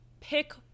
pick